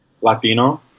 Latino